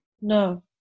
No